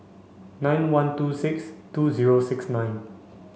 nine one two six two zero six nine